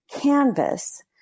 canvas